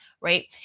right